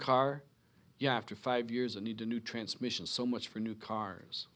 car yeah after five years a need to new transmission so much for new cars